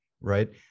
right